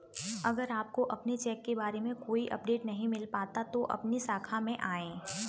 अगर आपको अपने चेक के बारे में कोई अपडेट नहीं मिल पाता है तो अपनी शाखा में आएं